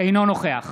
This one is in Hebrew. אינו נוכח